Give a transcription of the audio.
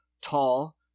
tall